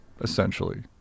essentially